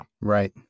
Right